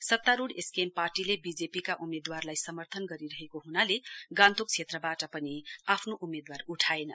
सत्तारूढ़ एसकेएम पार्टीले बिजेपिका उम्मेदवारलाई समर्थन गरिरहेको ह्नाले गान्तोक क्षेत्रबाट पनि आफ्नो उम्मेदवार उठाएन